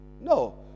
No